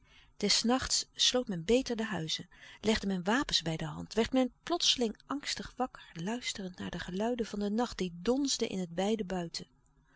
des nachts sloot men beter de huizen legde men wapens bij de hand werd men plotseling angstig wakker luisterend naar de geluiden van den nacht die donsde in het wijde buiten